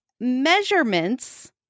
measurements